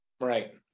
Right